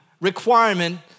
requirement